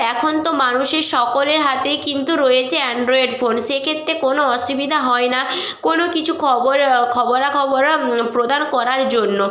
এখন তো মানুষের সকলের হাতেই কিন্তু রয়েছে অ্যানড্রয়েড ফোন সেক্ষেত্রে কোনো অসুবিধা হয় না কোনো কিছু খবর খবরাখবর প্রদান করার জন্য